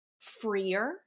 freer